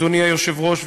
אדוני היושב-ראש.